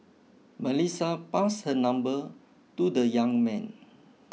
Melissa passed her number to the young man